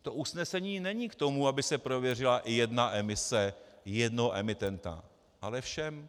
To usnesení není k tomu, aby se prověřila jedna emise jednoho emitenta, ale všem.